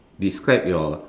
describe your